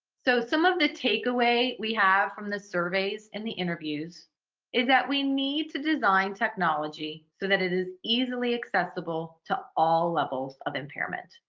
so some of the takeaway we have from the surveys and the interviews is that we need to design technology so that it is easily accessible to all levels of impairment.